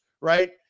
right